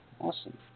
awesome